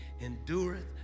endureth